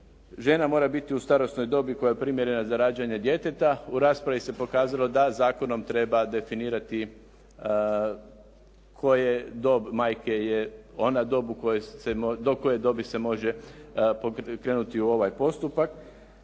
Žena mora biti u starosnoj dobi koja je primjerena za rađanje djeteta. U raspravi se pokazalo da zakonom treba definirati koja dob majke je ona dob, do koje dobi se može krenuti u ovaj postupak,